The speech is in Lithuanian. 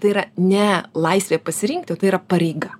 tai yra ne laisvė pasirinkti o tai yra pareiga